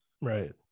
Right